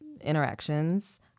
Interactions